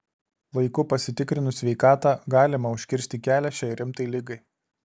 laiku pasitikrinus sveikatą galima užkirsti kelią šiai rimtai ligai